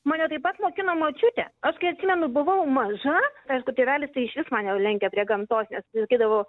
mane taip pat mokino močiutė aš kai atsimenu buvau maža aišku tėvelis tai išvis mane jau lenkė prie gamtos nes sakydavo